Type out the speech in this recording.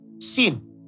sin